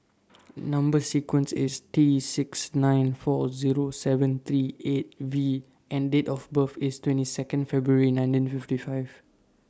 Number sequence IS T six nine four Zero seven three eight V and Date of birth IS twenty two February nineteen fifty five